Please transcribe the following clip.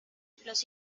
los